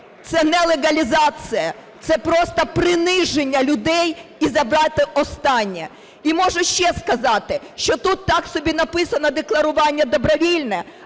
це не легалізація, це просто приниження людей і забрати останнє. І можу ще сказати, що тут так собі написано декларування добровільне.